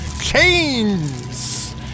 Chains